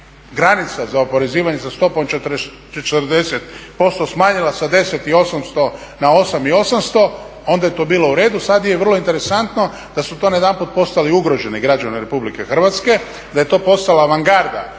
granica za oporezivanje sa stopom 40% smanjila sa 10 800 na 8800 onda je to bilo u redu sad je vrlo interesantno da su to najedanput postali ugroženi građani RH, da je to postala avangarda